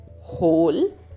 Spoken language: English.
whole